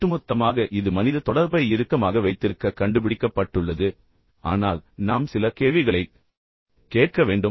ஒட்டுமொத்தமாக இது மனித தொடர்பை இறுக்கமாக வைத்திருக்க கண்டுபிடிக்கப்பட்டுள்ளது ஆனால் நாம் சில கேள்விகளைக் கேட்க வேண்டும்